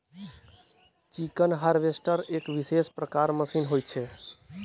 chicken harvester एक विशेष प्रकारक मशीन होइत छै